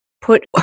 put